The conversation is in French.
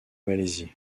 malaisie